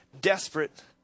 desperate